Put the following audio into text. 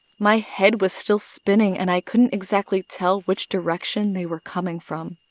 my head was still spinning and i couldn't exactly tell which direction they were coming from.